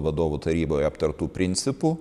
vadovų taryboje aptartų principų